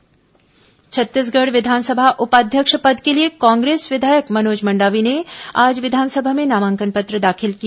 विधानसभा उपाध्यक्ष निर्वाचन Chhattisgarh विधानसभा उपाध्यक्ष पद के लिए कांग्रेस विधायक मनोज मंडावी ने आज विधानसभा में नामांकन पत्र दाखिल किया